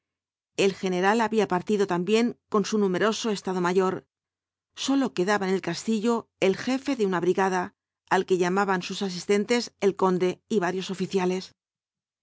el general había partido también con su numeroso estado mayor sólo quedaba en el castillo el jefe de una brigada al que llamaban sus asistentes el conde y varios oficiales